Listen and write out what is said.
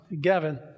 Gavin